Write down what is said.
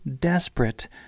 desperate